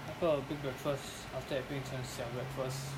那个 big breakfast after that 变成小 breakfast